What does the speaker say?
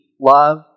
love